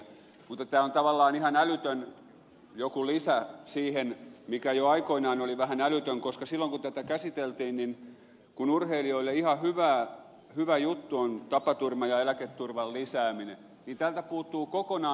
mutta tämä on tavallaan ihan älytön lisä siihen mikä jo aikoinaan oli vähän älytön koska silloin kun tätä käsiteltiin niin kun urheilijoille ihan hyvä juttu on tapaturma ja eläketurvan lisääminen niin täältä puuttuu kokonaan